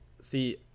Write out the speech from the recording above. See